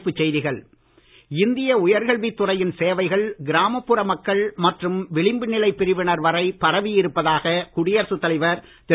தலைப்புச் செய்திகள் இந்திய உயர்கல்வித் துறையின் சேவைகள் கிராமப்புற மக்கள் மற்றும் விளிம்பு நிலைப் பிரிவினர் வரை பரவி இருப்பதாக குடியரசுத் தலைவர் திரு